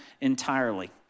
entirely